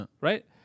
right